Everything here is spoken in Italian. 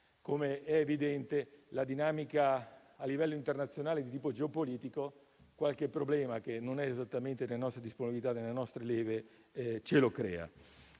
come è evidente - la dinamica a livello internazionale di tipo geopolitico ci crea qualche problema che non è esattamente nelle nostre disponibilità e delle nostre leve. Quello che